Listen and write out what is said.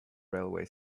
railway